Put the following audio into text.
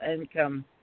income